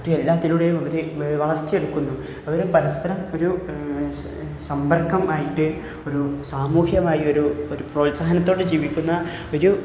ഒറ്റ എല്ലാത്തിലൂടെയും അവരെ വളർത്തിയെടുക്കുന്നു അവരെ പരസ്പരം ഒരു സമ്പർക്കമായിട്ട് ഒരു സാമൂഹ്യമായ ഒരു ഒരു പ്രോത്സാഹനത്തോടെ ജീവിക്കുന്ന ഒരു